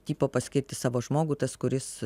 tipo paskirti savo žmogų tas kuris